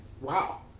wow